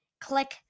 click